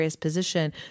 position